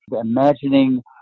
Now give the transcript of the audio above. imagining